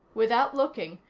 without looking,